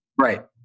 Right